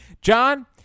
John